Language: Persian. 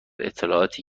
اطلاعاتی